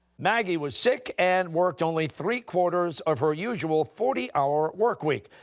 maggie was sick and worked only three-quarters of her usual forty hour work week.